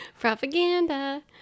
Propaganda